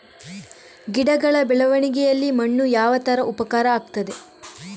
ಗಿಡಗಳ ಬೆಳವಣಿಗೆಯಲ್ಲಿ ಮಣ್ಣು ಯಾವ ತರ ಉಪಕಾರ ಆಗ್ತದೆ?